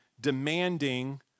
demanding